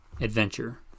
adventure